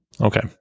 Okay